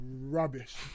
rubbish